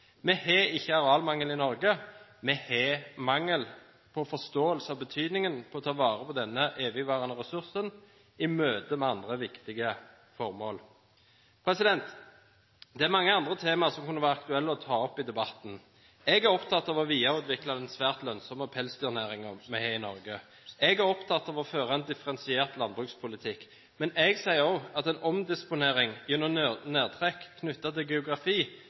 Vi har ikke arealmangel i Norge, vi har mangel på forståelse av betydningen av å ta vare på denne evigvarende ressursen i møte med andre viktige formål. Det er mange andre tema som kunne vært aktuelle å ta opp i debatten. Jeg er opptatt av å videreutvikle den svært lønnsomme pelsdyrnæringen vi har i Norge. Jeg er opptatt av å føre en differensiert landbrukspolitikk, men jeg ser også at en omdisponering gjennom nedtrekk knyttet til geografi,